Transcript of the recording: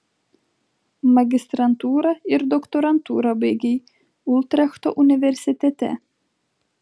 magistrantūrą ir doktorantūrą baigei utrechto universitete